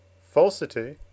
Falsity